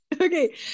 okay